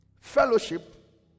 fellowship